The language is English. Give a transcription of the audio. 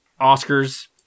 Oscars